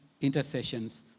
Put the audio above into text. intercessions